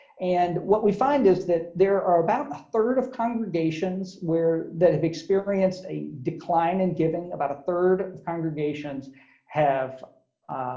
and what we find is that there are about a third of congregations were that have experienced a decline and giving about a third of congregations have